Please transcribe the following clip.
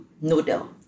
noodle